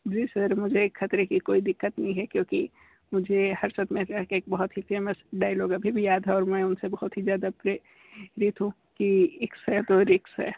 जी sir मुझे खतरे की कोई दिक्कत नहीं है क्योंकि मुझे हर हर्षद मेहता एक बहुत ही फेमस डायलॉग अभी भी याद है और मैं उनसे बहुत ही ज़्यादा प्रेरित हूँ कि रिस्क है तो इश्क़ है